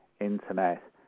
Internet